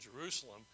Jerusalem